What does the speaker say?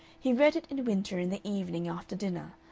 he read it in winter in the evening after dinner,